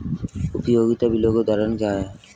उपयोगिता बिलों के उदाहरण क्या हैं?